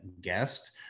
guest